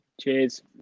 Cheers